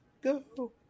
Go